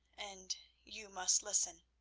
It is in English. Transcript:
and you must listen.